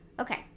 Okay